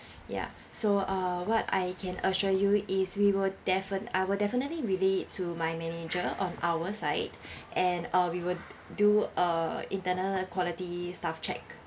ya so uh what I can assure you is we will defi~ I will definitely relay it to my manager on our side and uh we will do a internal quality staff check